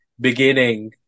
beginning